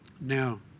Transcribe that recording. now